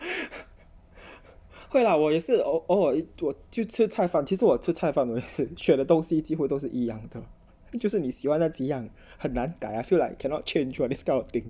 会 lah 我也是偶尔我就吃菜饭其实我吃菜饭我也是选的东西几乎都是一样的就是你喜欢那几样很难改 feel like cannot change [one] this kind of thing